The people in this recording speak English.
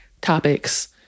topics